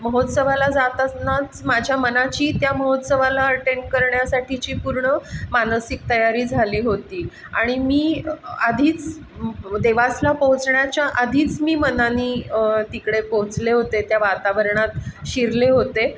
महोत्सवाला जात असनाच माझ्या मनाची त्या महोत्सवाला अटेंड करण्यासाठीची पूर्ण मानसिक तयारी झाली होती आणि मी आधीच देवासला पोहोचण्याच्या आधीच मी मनाने तिकडे पोचले होते त्या वातावरणात शिरले होते